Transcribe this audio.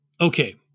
Okay